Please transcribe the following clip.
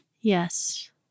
Yes